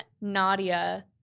Nadia